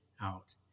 out